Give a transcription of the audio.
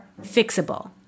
Fixable